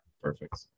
Perfect